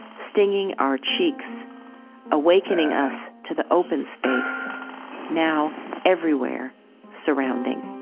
stinging our cheeks awakening us to the open space now everywhere surrounding.